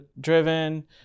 driven